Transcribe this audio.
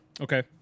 okay